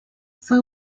fue